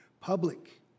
public